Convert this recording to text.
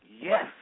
Yes